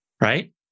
right